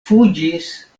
fuĝis